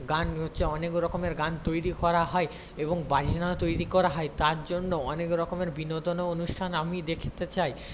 গান হচ্ছে অনেক রকমের গান তৈরি করা হয় এবং বাজনাও তৈরি করা হয় তার জন্য অনেক রকমের বিনোদনও অনুষ্ঠান আমি দেখতে চাই